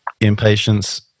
impatience